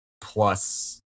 plus